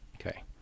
Okay